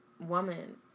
woman